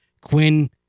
Quinn